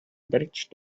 bridge